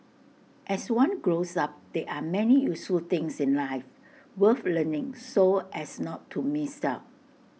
as one grows up there are many useful things in life worth learning so as not to miss out